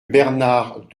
bernard